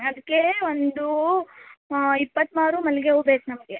ಅದಕ್ಕೆ ಒಂದು ಇಪ್ಪತ್ತು ಮಾರು ಮಲ್ಲಿಗೆ ಹೂ ಬೇಕು ನಮಗೆ